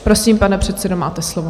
Prosím, pane předsedo, máte slovo.